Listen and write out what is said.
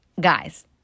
Guys